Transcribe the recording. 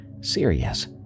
serious